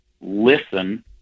Listen